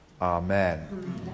Amen